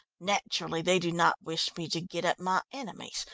naturally, they do not wish me to get at my enemies,